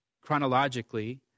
chronologically